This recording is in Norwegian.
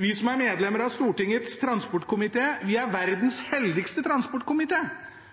Vi som er medlemmer av Stortingets transport- og kommunikasjonskomité, er verdens heldigste transportkomité,